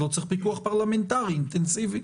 אז לא צריך פיקוח פרלמנטרי אינטנסיבי,